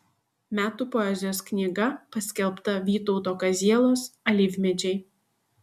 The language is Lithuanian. metų poezijos knyga paskelbta vytauto kazielos alyvmedžiai